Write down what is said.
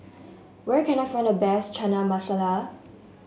where can I find the best Chana Masala